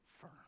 firm